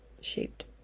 shaped